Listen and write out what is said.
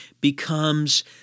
becomes